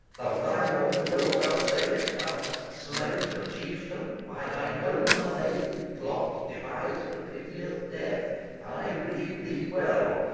of thine own will, thou sayest, thou hast slain the chieftain, by thine own unaided plot devised the piteous death i rede thee well,